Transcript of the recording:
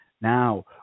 Now